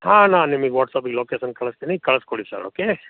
ಹಾಂ ನಾನು ನಿಮಿಗೆ ವಾಟ್ಸ್ಆ್ಯಪಿಗೆ ಲೊಕೇಸನ್ ಕಳಿಸ್ತೀನಿ ಕಳಿಸ್ಕೊಡಿ ಸರ್ ಓಕೆ